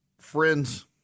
Friends